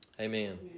Amen